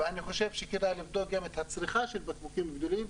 ואני חושב שכדאי לבדוק גם את הצריכה של בקבוקים גדולים,